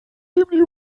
dem